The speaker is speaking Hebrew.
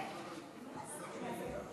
בעזרת השם.